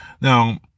Now